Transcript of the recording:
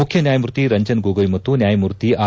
ಮುಖ್ಯನ್ಕಾಯಮೂರ್ತಿ ರಂಜನ್ ಗೊಗಯ್ ಮತ್ತು ನ್ಕಾಯಮೂರ್ತಿ ಆರ್